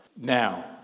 now